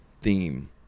theme